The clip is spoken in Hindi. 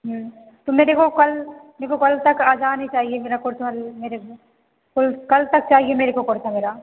हं तो मेरे को कल मेरे को कल तक आ जानी चाहिए मेरा कुर्ता मेरे कुल कल तक चाहिए मेरे को कुर्ता मेरा